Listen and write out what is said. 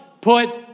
put